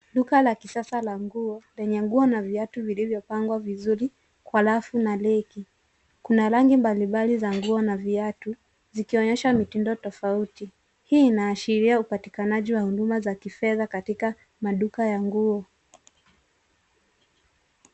Duka la kisasa la nguo, lenye nguo na viatu vilivyopangwa vizuri, kwa rafu na reki. Kuna rangi mbalimbali za nguo na viatu, zikionyesha mitindo tofauti. Hii inaashiria upatikanaji wa huduma za kifedha katika maduka ya nguo.